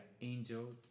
angels